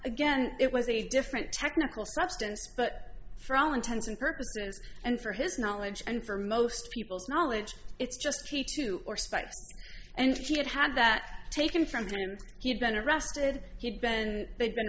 again it was a different technical substance but for all intents and purposes and for his knowledge and for most people's knowledge it's just p two or spice and she had had that taken from her he'd been arrested he'd been and they'd been